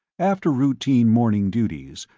after routine morning duties,